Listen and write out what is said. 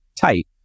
tight